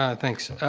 ah thanks.